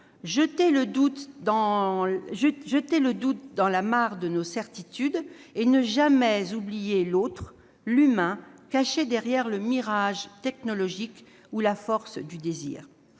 jeter le doute dans la mare de nos certitudes, ne jamais oublier l'autre, l'humain, caché derrière le mirage technologique ou la force du désir